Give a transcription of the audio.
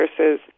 Versus